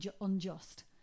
unjust